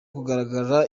kugaragaza